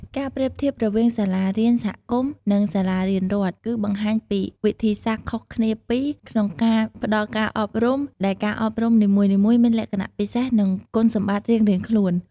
ការប្រៀបធៀបរវាងសាលារៀនសហគមន៍ និងសាលារៀនរដ្ឋ គឺបង្ហាញពីវិធីសាស្ត្រខុសគ្នាពីរ ក្នុងការផ្ដល់ការអប់រំ ដែលការអប់រំនីមួយៗមានលក្ខណៈពិសេស និងគុណសម្បត្តិរៀងៗខ្លួន។